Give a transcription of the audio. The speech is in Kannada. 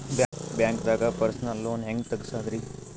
ಬ್ಯಾಂಕ್ದಾಗ ಪರ್ಸನಲ್ ಲೋನ್ ಹೆಂಗ್ ತಗ್ಸದ್ರಿ?